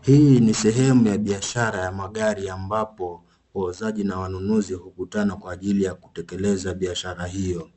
Hii ni sehemu ya biashara ya magari ambapo wauzaji na wanunuzi hukutana kwa ajili ya kutekeleza biashara hiyo.